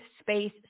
space